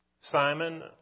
Simon